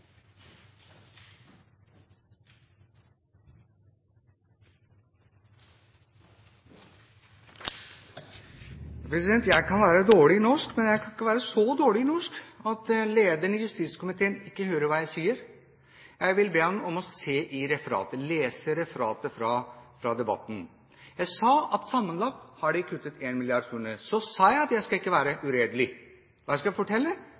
dårlig i norsk at lederen av justiskomiteen ikke hører hva jeg sier. Jeg vil be ham om å lese referatet fra debatten. Jeg sa at de sammenlagt har kuttet 1 mrd. kr, og at jeg ikke skulle være uredelig. Og jeg skal fortelle at det ville være